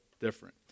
different